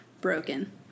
broken